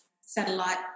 satellite